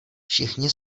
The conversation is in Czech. všichni